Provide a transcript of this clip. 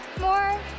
more